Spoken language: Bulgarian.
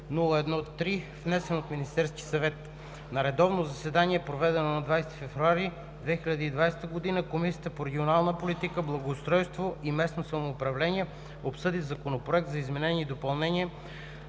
внесен от Министерския съвет На редовно заседание, проведено на 20 февруари 2020 г., Комисията по регионална политика, благоустройство и местно самоуправление обсъди Законопроект за изменение и допълнение